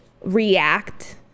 react